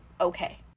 okay